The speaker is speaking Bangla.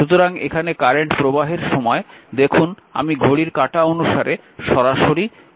সুতরাং এখানে কারেন্ট প্রবাহের সময় দেখুন আমি ঘড়ির কাঁটা অনুসারে সরাসরি ক্লকওয়াইজ চলছি